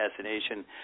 assassination